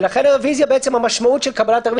לכן המשמעות של קבלת הרביזיה,